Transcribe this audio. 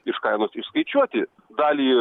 iš kainos išskaičiuoti dalį